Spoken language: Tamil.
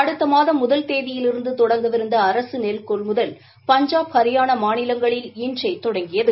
அடுத்த மாதம் முதல் தேதியிலிருந்து தொடங்கவிருந்த அரசு நெல் கொள்முதல் பஞ்சாப் ஹரியானா மாநிலங்களில் இன்றே தொடங்கியது